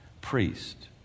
priest